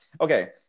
Okay